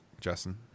Justin